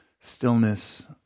stillness